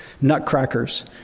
nutcrackers